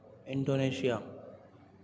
Indonesia